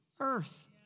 earth